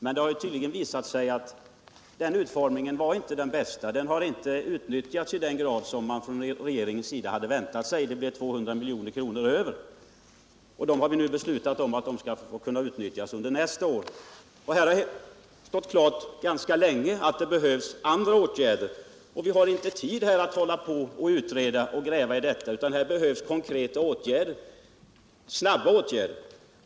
Men det har tydligen visat sig att den utformningen av stöd inte var den bästa. Stödet har inte utnyttjats i den grad som regeringen hade väntat sig. Det blev 200 milj.kr. över, och vi har nu beslutat att de pengarna skall kunna få utnyttjas under nästa år. Det har stått klart ganska länge att det behövs andra åtgärder. Vi har inte tid att hälla på att utreda och gräva I detta, utan här behövs konkreta och snabba åtgärder.